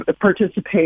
participate